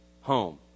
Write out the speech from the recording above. home